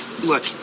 Look